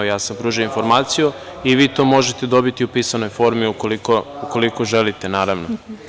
Ja sam pružio informaciju i vi to možete dobiti u pisanoj formi ukoliko želite, naravno.